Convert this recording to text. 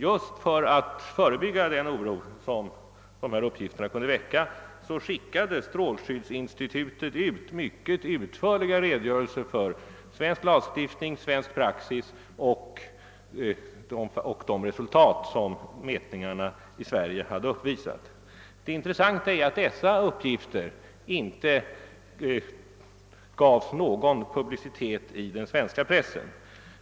Just för att förebygga den oro som uppgifterna kunde väcka sände statens strålskyddsinstitut ut mycket utförliga redogörelser för svensk lagstiftning, svensk praxis och resultaten av de mätningar som hade utförts i Sverige. Det intressanta är att dessa redogörelser inte gavs någon publicitet i den svenska pressen.